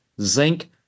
zinc